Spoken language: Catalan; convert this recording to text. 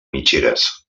mitgeres